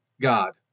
God